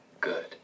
Good